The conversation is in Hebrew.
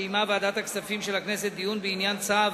קיימה ועדת הכספים של הכנסת דיון בעניין הצו